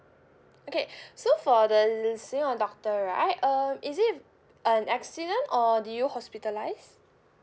okay so for the seeing of doctor right um is it an accident or do you hospitalised